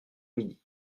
midi